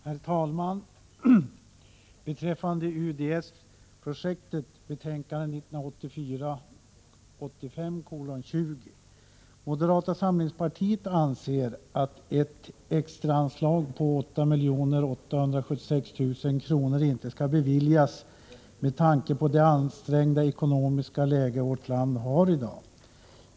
Herr talman! Beträffande UDS-projektet, som behandlas i betänkandet 1984/85:20 från bostadsutskottet, anser moderata samlingspartiet att ett extraanslag på 8 876 000 kr. inte skall beviljas med tanke på det ansträngda ekonomiska läge vårt land har i dag.